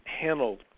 handled